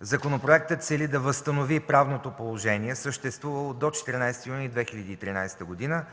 Законопроектът цели да възстанови правното положение, съществувало до 14 юни 2013 г.,